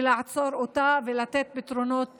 ולעצור אותה ולתת פתרונות הולמים,